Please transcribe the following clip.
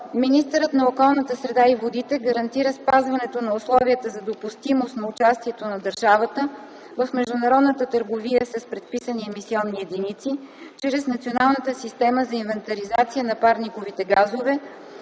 Министърът на околната среда и водите гарантира спазването на условията за допустимост на участието на държавата в международната търговия с предписани емисионни единици чрез Националната система за инвентаризация на парниковите газове,